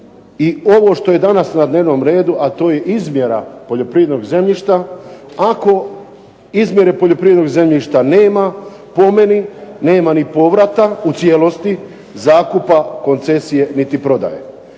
i ovo što je danas na dnevnom redu, a to je izmjena poljoprivrednog zemljišta, ako izmjene poljoprivrednog zemljišta nema po meni nema ni povrata u cijelosti, zakupa, koncesije niti prodaje.